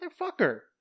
motherfucker